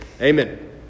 Amen